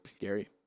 Gary